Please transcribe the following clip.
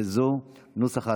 וזו נוסח ההצהרה: